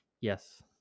yes